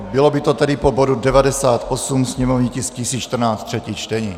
Bylo by to tedy po bodu 98, sněmovní tisk 1014, třetí čtení.